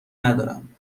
ندارم